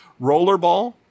Rollerball